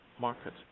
market